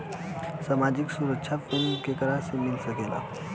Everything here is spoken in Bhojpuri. सामाजिक सुरक्षा पेंसन केकरा के मिल सकेला?